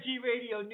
G-Radio